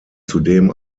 zudem